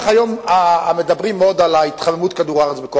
כך מדברים היום בקופנהגן על התחממות כדור הארץ.